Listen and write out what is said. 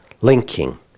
linking